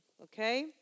Okay